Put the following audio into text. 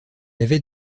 avait